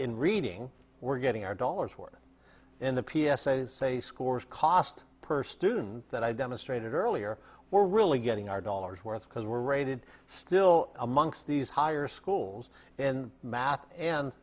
in reading we're getting our dollars worth in the p s a say scores cost per student that i demonstrated earlier we're really getting our dollars worth because we're rated still amongst these higher schools in math